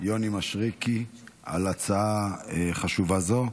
יוני מישרקי על הצעה חשובה זו.